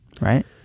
right